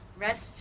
Rest